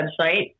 website